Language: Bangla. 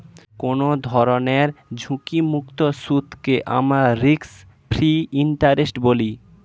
কোনো ধরনের ঝুঁকিমুক্ত সুদকে আমরা রিস্ক ফ্রি ইন্টারেস্ট বলি